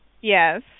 Yes